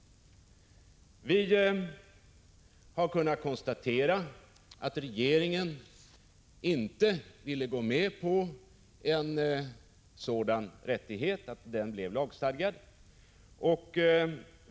Vi har kunnat konstatera att regeringen inte ville gå med på att en sådan rättighet blev lagstadgad.